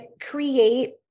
create